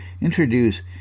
introduce